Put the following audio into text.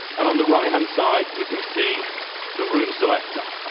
and on the right hand side we can see the room selector.